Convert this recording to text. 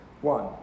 one